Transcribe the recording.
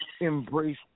embrace